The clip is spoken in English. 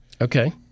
okay